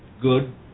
good